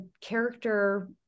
character